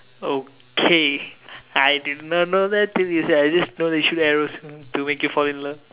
okay I did not know that till you say I just know they shoot arrows to make you fall in love